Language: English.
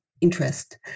interest